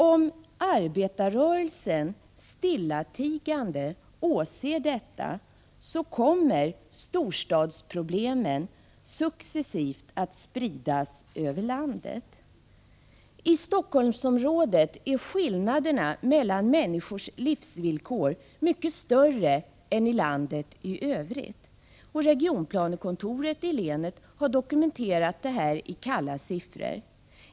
Om arbetarrörelsen stillatigande åser detta, kommer storstadsproblemen successivt att spridas över landet. I Stockholmsområdet är skillnaderna mellan människornas livsvillkor mycket större än i landet i övrigt. Regionalplanekontoret i länet har dokumenterat detta i kalla siffror.